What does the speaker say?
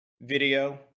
video